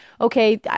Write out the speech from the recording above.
okay